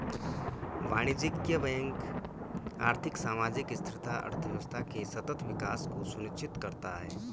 वाणिज्यिक बैंक आर्थिक, सामाजिक स्थिरता, अर्थव्यवस्था के सतत विकास को सुनिश्चित करता है